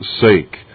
sake